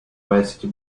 varsity